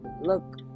look